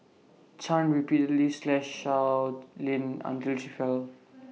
chan repeatedly slashed Sow Lin until she fell